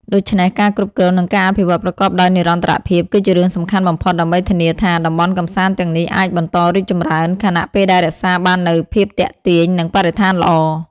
ដូច្នេះ ការគ្រប់គ្រង និងការអភិវឌ្ឍប្រកបដោយនិរន្តរភាព គឺជារឿងសំខាន់បំផុត ដើម្បីធានាថា តំបន់កម្សាន្តទាំងនេះអាចបន្តរីកចម្រើន ខណៈពេលដែលរក្សាបាននូវភាពទាក់ទាញ និងបរិស្ថានល្អ។